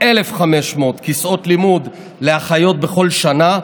1,500 כיסאות לימוד לאחיות בכל שנה,